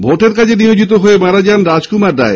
ভোটের কাজে নিয়োজিত হয়ে মারা যান রাজকুমার রায়